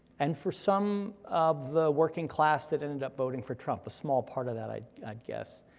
and for some of the working class that ended up voting for trump, a small part of that i'd i'd guess.